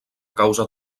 causa